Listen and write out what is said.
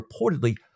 reportedly